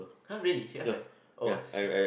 !huh! really he haven't oh shit